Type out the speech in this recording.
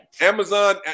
Amazon